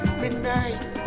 midnight